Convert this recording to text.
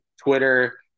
Twitter